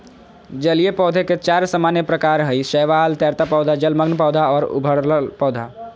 जलीय पौधे के चार सामान्य प्रकार हइ शैवाल, तैरता पौधा, जलमग्न पौधा और उभरल पौधा